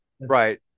right